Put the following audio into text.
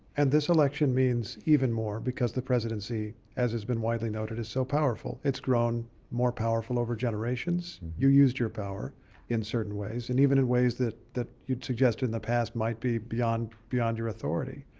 and this election means even more because the presidency, as has been widely noted, is so powerful. it's grown more powerful over generations. you used your power in certain ways, and even in ways that that you'd suggested in the past might be beyond beyond your authority.